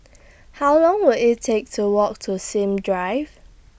How Long Will IT Take to Walk to Sims Drive